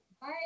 Bye